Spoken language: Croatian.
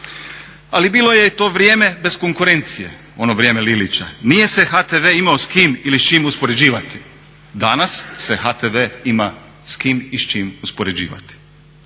Ali bilo je to i vrijeme bez konkurencije, ono vrijeme Lilića, nije se HTV imao s kim ili s čime uspoređivati. Danas se HTV ima s kim i s čim uspoređivati.